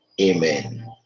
Amen